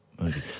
movie